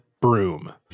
broom